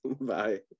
Bye